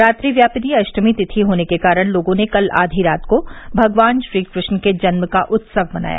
रात्रिव्यापिनी अष्टमी तिथि होने के कारण लोगों ने कल आधी रात को भगवान श्रीकृष्ण के जन्म का उत्सव मनाया